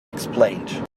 explained